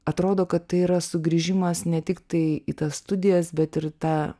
atrodo kad tai yra sugrįžimas ne tiktai į tas studijas bet ir tą